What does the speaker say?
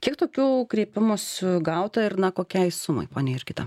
kiek tokių kreipimųsi gauta ir na kokiai sumai pone jurgita